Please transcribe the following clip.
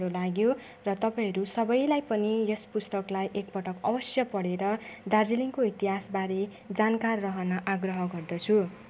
सत्य घटनामा केन्द्रित यथार्थवादी उपन्यास नुनको चिया मलाई एकदमै राम्रो लाग्यो र तपाईँहरू सबैलाई पनि यस पुस्तकलाई एक पटक अवश्य पढेर दार्जिलिङको इतिहासबारे जानकार रहन आग्रह गर्दछु